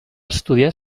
estudiar